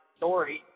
story